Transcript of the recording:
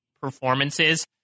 performances